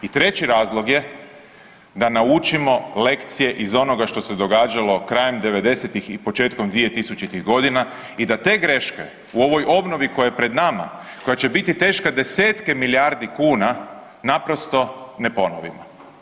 I treći razlog je da naučimo lekcije iz onoga što se događalo krajem devedesetih i početkom dvije tisućitih godina i da te greške u ovoj obnovi koja je pred nama koja će biti teška desetke milijardi kuna naprosto ne ponovimo.